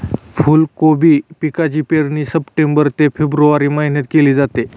फुलकोबी पिकाची पेरणी सप्टेंबर ते फेब्रुवारी महिन्यात केली जाते